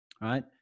right